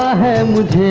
him with